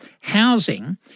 housing